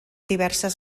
diverses